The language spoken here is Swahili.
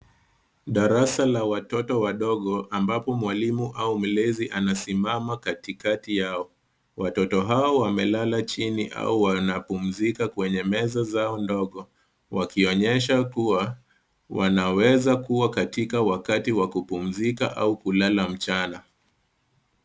Darasa la watoto wadogo ambapo mwalimu au mlezi anasimama katikati yao. Watoto hao wamelala chini au wanapumzika kwenye meza zao ndogo wakionyesha kuwa wanaweza kuwa katika wakati wa kupumzika au kulala mchana.